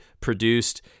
produced